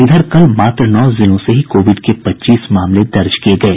इधर कल मात्र नौ जिलों से ही कोविड के पच्चीस मामले दर्ज किये गये